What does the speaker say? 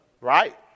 right